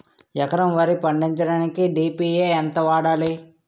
ఎకరం వరి పండించటానికి డి.ఎ.పి ఎంత వాడాలి?